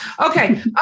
Okay